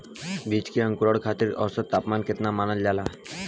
बीज के अंकुरण खातिर औसत तापमान केतना मानल जाला?